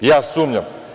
Ja sumnjam.